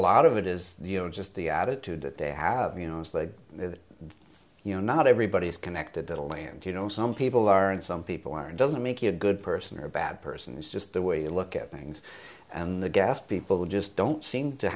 lot of that is you know just the attitude that they have you know it's like you know not everybody is connected to the land you know some people are and some people are it doesn't make you a good person or a bad person it's just the way you look at things and the gas people just don't seem to